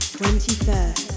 21st